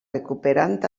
recuperant